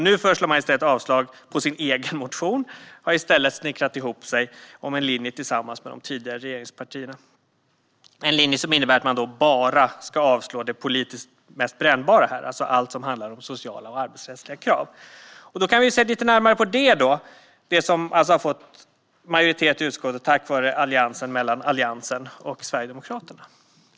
Nu föreslår Sverigedemokraterna avslag på sin egen motion och har i stället snickrat ihop en linje tillsammans med de tidigare regeringspartierna. Det är en linje som innebär att de "bara" ska yrka avslag på det politiskt mest brännbara här, alltså allt som handlar om sociala och arbetsrättsliga krav. Då kan vi titta lite närmare på detta, alltså det som har fått en majoritet i utskottet tack vare alliansen mellan Alliansen och Sverigedemokraterna.